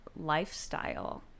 lifestyle